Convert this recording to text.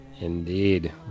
Indeed